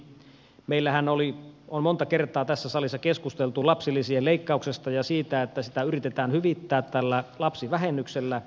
meillähän oli monta kertaa tässä salissa keskusteltu lapsilisien leikkauksesta ja siitä että sitä yritetään lievittää tällä lapsivähennyksellä